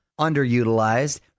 underutilized